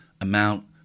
amount